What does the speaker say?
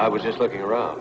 i was just looking around